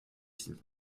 films